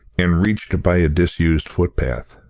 and reached by a disused footpath,